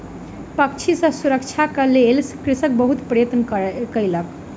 पक्षी सॅ सुरक्षाक लेल कृषक बहुत प्रयत्न कयलक